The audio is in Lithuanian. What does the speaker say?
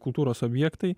kultūros objektai